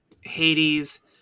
Hades